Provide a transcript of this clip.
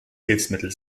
hilfsmittel